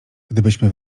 gdybyśmy